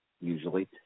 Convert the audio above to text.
usually